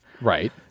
Right